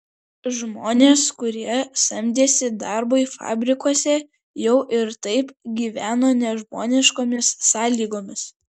žmonės kurie samdėsi darbui fabrikuose jau ir taip gyveno nežmoniškomis sąlygomis